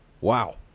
Wow